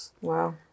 Wow